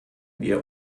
wir